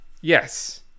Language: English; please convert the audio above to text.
Yes